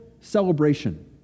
celebration